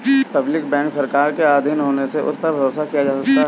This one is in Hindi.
पब्लिक बैंक सरकार के आधीन होने से उस पर भरोसा किया जा सकता है